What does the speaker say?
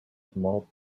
small